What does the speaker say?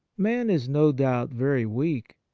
man is no doubt very weak.